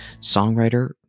songwriter